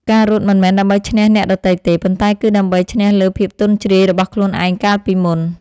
ការរត់មិនមែនដើម្បីឈ្នះអ្នកដទៃទេ ប៉ុន្តែគឺដើម្បីឈ្នះលើភាពទន់ជ្រាយរបស់ខ្លួនឯងកាលពីមុន។